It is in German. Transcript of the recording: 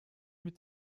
mit